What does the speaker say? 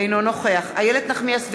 אינו נוכח איילת נחמיאס ורבין,